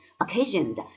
occasioned